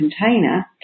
container